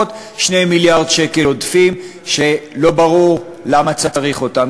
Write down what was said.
2 מיליארד שקל עודפים שלא ברור למה צריך אותם.